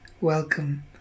welcome